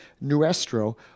nuestro